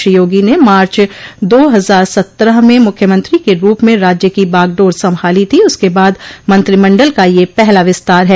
श्री योगी ने मार्च दो हजार सत्रह में मुख्यमंत्री के रूप में राज्य की बागडोर संभालो थी उसके बाद मंत्रिमंडल का यह पहला विस्तार है